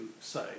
say